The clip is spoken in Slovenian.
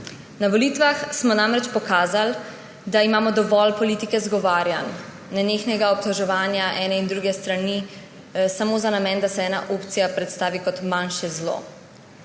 Na volitvah smo namreč pokazali, da imamo dovolj politike izgovarjanj, nenehnega obtoževanja ene in druge strani samo za namen, da se ena opcija predstavi kot manjše zlo.